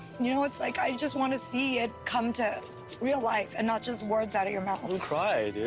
know it's like i just wanna see it come to real life and not just words out of your mouth. don't cry, dude!